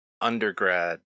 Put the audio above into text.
undergrad